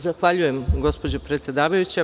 Zahvaljujem, gospođo predsedavajuća.